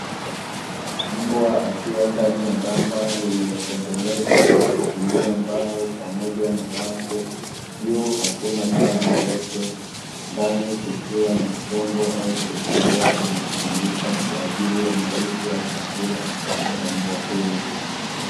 Mbwa akiwa ndani ya banda lililotengenezwa kwa kutumia mbao, pamoja na wavu, juu hakuna paa lolote ndani kukiwa na chombo au sufuria inayotumika kwa ajili ya malisho ya chakula cha mbwa huyu.